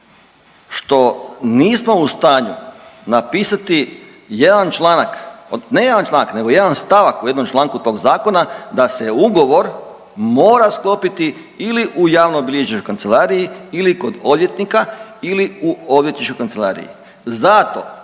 što nismo u stanju napisati jedan članak o, ne jedan članak nego jedan stavak o jednom članku tog zakona da se ugovor mora sklopiti ili u javnobilježničkoj kancelariji ili kod odvjetnika ili u odvjetničkoj kancelariji